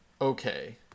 okay